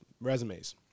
resumes